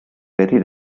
very